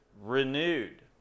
renewed